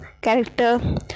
character